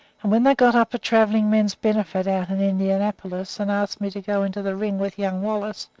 and when they got up a traveling men's benefit out in indianapolis and asked me to go into the ring with young wallace,